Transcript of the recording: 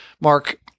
Mark